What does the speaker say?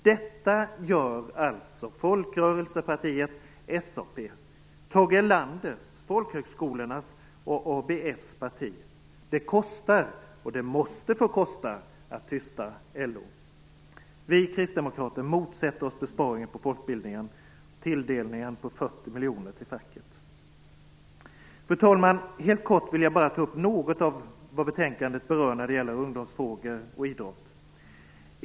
Detta gör alltså folkrörelsepartiet SAP, Tage Erlanders, folkhögskolornas och ABF:s parti. Det kostar, och det måste få kosta, att tysta LO. Vi kristdemokrater motsätter oss besparingen på folkbildningen och tilldelningen på 40 miljoner till facket. Fru talman! Jag vill helt kort ta upp något av det betänkandet berör när det gäller ungdomsfrågor och idrott.